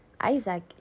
isaac